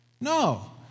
no